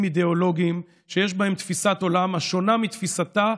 אידיאולוגיים שיש בהם תפיסת עולם השונה מתפיסתה,